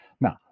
Now